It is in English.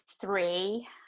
three